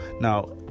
Now